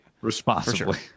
responsibly